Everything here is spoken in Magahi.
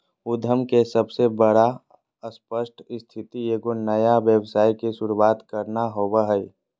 उद्यम के सबसे बड़ा स्पष्ट स्थिति एगो नया व्यवसाय के शुरूआत करना होबो हइ